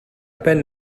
peine